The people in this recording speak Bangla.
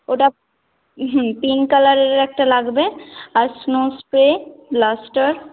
ওটা হুম পিংক কালারের একটা লাগবে আর স্নো স্প্রে লাফটার